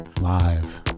live